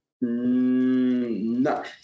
No